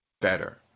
better